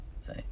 say